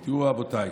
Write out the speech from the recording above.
רבותיי,